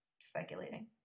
speculating